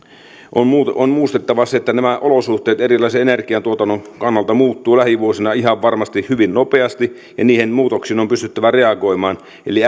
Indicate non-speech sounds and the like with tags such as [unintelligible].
on muistettava se että nämä olosuhteet energiantuotannon kannalta muuttuvat lähivuosina ihan varmasti hyvin nopeasti ja niihin muutoksiin on pystyttävä reagoimaan eli [unintelligible]